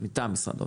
מטעם משרד האוצר.